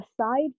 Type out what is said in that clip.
aside